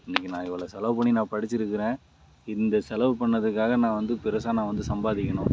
இன்னிக்கு நான் இவ்வளோ செலவு பண்ணி நான் படிச்சுருக்குறேன் இந்த செலவு பண்ணிணதுக்காக நான் வந்து பெருசாக நான் வந்து சம்பாதிக்கணும்